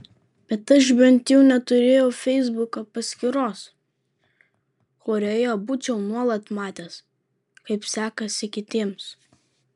bet aš bent jau neturėjau feisbuko paskyros kurioje būčiau nuolat matęs kaip sekasi kitiems